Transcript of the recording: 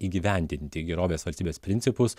įgyvendinti gerovės valstybės principus